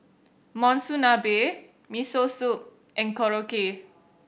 Monsunabe Miso Soup and Korokke